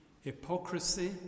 hypocrisy